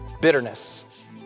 bitterness